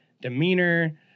demeanor